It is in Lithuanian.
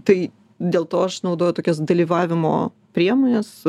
tai dėl to aš naudoju tokias dalyvavimo priemones